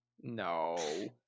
No